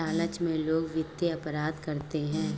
लालच में लोग वित्तीय अपराध करते हैं